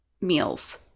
meals